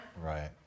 Right